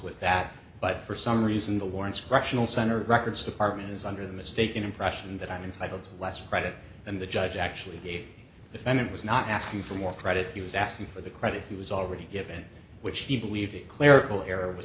with that but for some reason the warrants correctional center records department is under the mistaken impression that i'm entitle to less credit and the judge actually the defendant was not asking for more credit he was asking for the credit he was already given which he believed a clerical error was